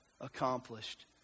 accomplished